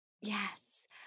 Yes